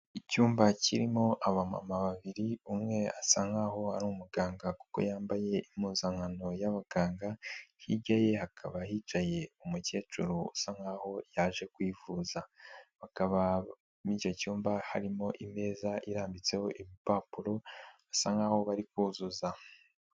Icyumba kirimo aba babiri umwe asa nk'aho ari umuganga kuko yambaye impuzankano y'abaganga, hirya ye hakaba hicaye umukecuru usa nk'aho yaje kwivuza. Bakaba Muri icyo cyumba harimo ameza irambitseho impapuro, basa nk'aho bari kuzuza.